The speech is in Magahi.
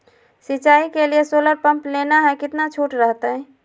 सिंचाई के लिए सोलर पंप लेना है कितना छुट रहतैय?